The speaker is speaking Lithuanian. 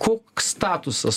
koks statusas